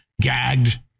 gagged